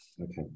Okay